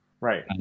Right